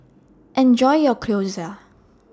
Enjoy your Gyoza